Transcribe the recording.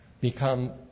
become